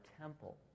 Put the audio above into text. temple